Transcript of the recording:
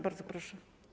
Bardzo proszę.